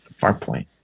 Farpoint